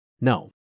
No